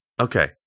Okay